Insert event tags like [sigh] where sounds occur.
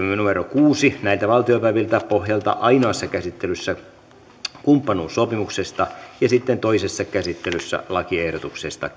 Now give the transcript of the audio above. kuusi pohjalta ainoassa käsittelyssä kumppanuussopimuksesta ja sitten toisessa käsittelyssä lakiehdotuksesta [unintelligible]